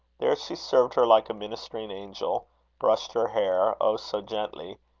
there she served her like a ministering angel brushed her hair oh, so gently!